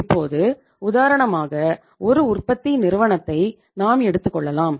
இப்போது உதாரணமாக ஒரு உற்பத்தி நிறுவனத்தை நாம் எடுத்துக்கொள்ளலாம்